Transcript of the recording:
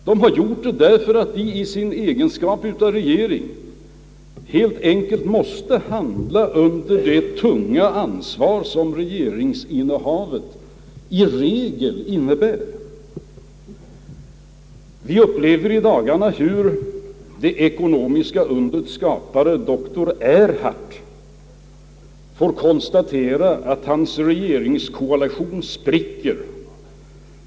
Man har gjort det därför att man i sin egenskap av regering helt enkelt måste handla under det tunga ansvar, som regeringsinnehavet i regel innebär. I dagarna upplever vi också hur det västtyska undrets skapare dr Erhard får konstatera, att hans regeringskoalition spricker.